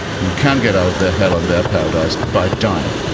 you can get out of their hell and their paradise by dying.